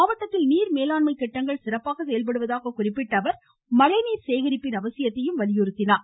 மாவட்டத்தில் நீர் மேலாண்மைத் திட்டங்கள் சிறப்பாக செயல்படுவதாகக் குறிப்பிட்ட அவர் மழைநீர் சேகரிப்பின் அவசியத்தையும் வலியுறுத்தினார்